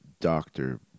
Doctor